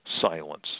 silence